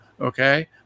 okay